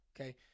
Okay